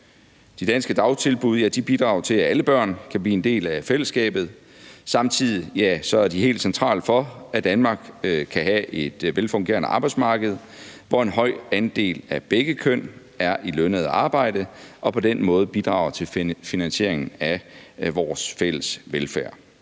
De danske dagtilbud bidrager til, at alle børn kan blive en del af fællesskabet, og samtidig er de helt centrale for, at Danmark kan have et velfungerende arbejdsmarked, hvor en høj andel af begge køn er i lønnet arbejde og på den måde bidrager til finansieringen af vores fælles velfærd.